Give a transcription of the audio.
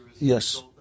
yes